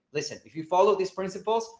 listen, if you follow these principles,